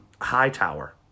Hightower